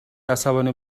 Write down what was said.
عصبانی